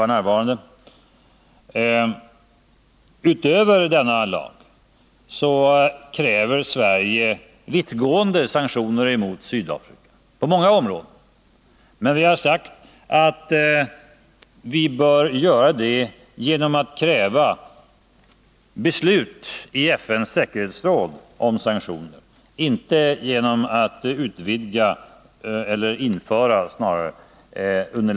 Utöver denna lag vill Sverige, på många områden, införa vittgående sanktioner mot Sydafrika. Men vi har sagt att vi i första hand bör göra det genom att kräva beslut om sanktioner i FN:s säkerhetsråd.